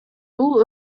бул